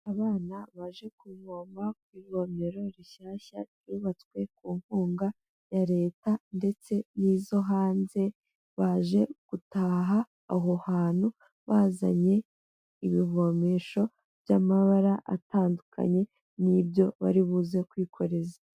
Abana baje kuvoma ku ivomero rishyashya ryubatswe ku nkunga ya leta ndetse n'izo hanze, baje gutaha aho hantu, bazanye ibivomesho by'amabara atandukanye n'ibyo bari buze kwikoreza.